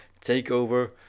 Takeover